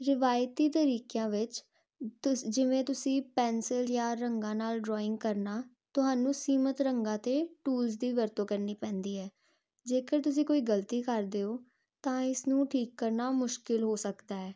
ਰਵਾਇਤੀ ਤਰੀਕਿਆਂ ਵਿੱਚ ਤੁਸੀਂ ਜਿਵੇਂ ਤੁਸੀਂ ਪੈਂਸਿਲ ਜਾਂ ਰੰਗਾਂ ਨਾਲ ਡਰੋਇੰਗ ਕਰਨਾ ਤੁਹਾਨੂੰ ਸੀਮਤ ਰੰਗਾਂ ਅਤੇ ਟੂਲਸ ਦੀ ਵਰਤੋਂ ਕਰਨੀ ਪੈਂਦੀ ਹੈ ਜੇਕਰ ਤੁਸੀਂ ਕੋਈ ਗਲਤੀ ਕਰਦੇ ਹੋ ਤਾਂ ਇਸ ਨੂੰ ਠੀਕ ਕਰਨਾ ਮੁਸ਼ਕਿਲ ਹੋ ਸਕਦਾ ਹੈ